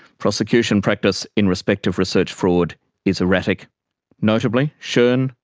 prosecution practice in respect of research fraud is erratic notably schon,